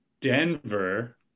denver